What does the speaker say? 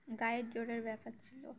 গায়ের জোরের ব্যাপার ছিল